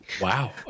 wow